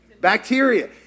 Bacteria